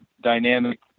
dynamic